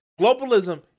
Globalism